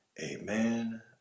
Amen